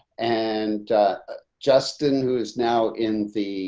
and justin, who is now in the